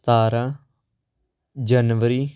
ਸਤਾਰਾਂ ਜਨਵਰੀ